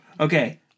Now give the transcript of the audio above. Okay